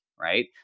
right